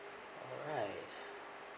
alright